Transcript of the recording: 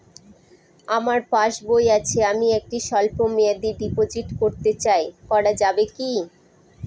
আমার পাসবই আছে আমি একটি স্বল্পমেয়াদি ডিপোজিট করতে চাই করা যাবে কি?